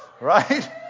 Right